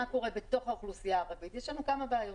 קורה בתוך האוכלוסייה הערבית יש לנו כמה בעיות.